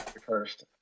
First